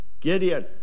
Gideon